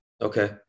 okay